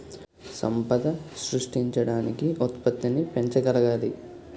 సంపద సృష్టించడానికి ఉత్పత్తిని పెంచగలగాలి